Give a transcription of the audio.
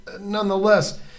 nonetheless